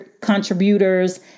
contributors